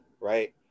right